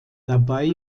dabei